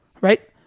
Right